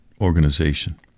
organization